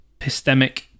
epistemic